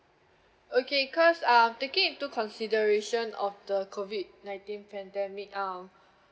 okay cause um taking into consideration of the COVID nineteen pandemic um